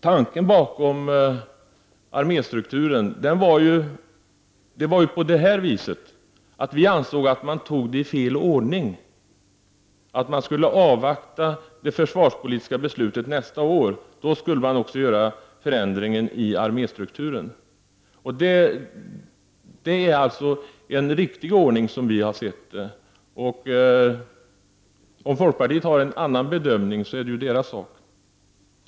Förändringen i arméstrukturen borde enligt vår mening göras först efter det försvarspolitiska beslutet nästa år. Det hade varit en riktig ordning. Om folkpartiet gör en annan bedömning är det förstås deras sak.